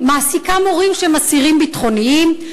מעסיקה מורים שהם אסירים ביטחוניים,